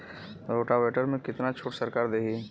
Rotavator में कितना छूट सरकार देही?